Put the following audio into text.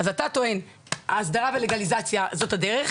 אתה טוען שהסדרה ולגליזציה זאת הדרך,